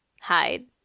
hide